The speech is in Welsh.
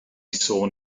sôn